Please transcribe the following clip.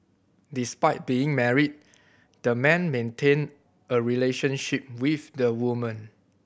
despite being married the man maintained a relationship with the woman